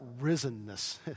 risenness